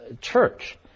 church